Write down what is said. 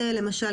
למשל,